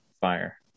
Fire